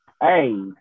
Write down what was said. Hey